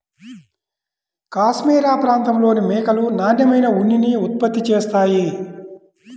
cashmere ప్రాంతంలోని మేకలు నాణ్యమైన ఉన్నిని ఉత్పత్తి చేస్తాయి